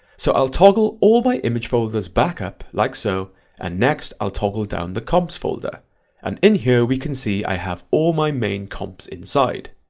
so i'll toggle all my image folders back up like so and next i'll toggle down the comps folder and in here we can see i have all my main comps inside.